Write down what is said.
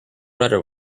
rudder